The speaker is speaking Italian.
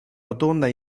rotonda